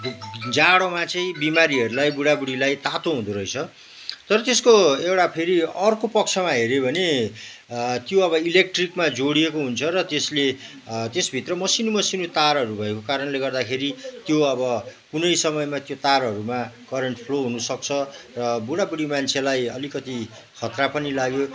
जाडोमा चाहिँ बिमारीहरूलाई बुढाबुढीलाई तातो हुँदोरहेछ तर त्यसको एउटा फेरि अर्को पक्षमा हेऱ्यो भने त्यो अब इलेक्ट्रिकमा जोडिएको हुन्छ र त्यसले त्यसभित्र मसिनो मसिनो तारहरू भएको कारणले गर्दाखेरि त्यो अब कुनै समयमा त्यो तारहरूमा करेन्ट फ्लो हुनसक्छ र बुढाबुढी मान्छेलाई अलिकति खतरा पनि लाग्यो